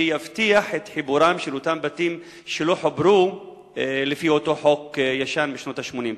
שיבטיח את חיבורם של אותם בתים שלא חוברו לפי אותו חוק ישן משנות ה-80?